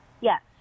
Yes